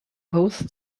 both